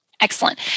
Excellent